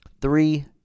Three